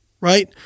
right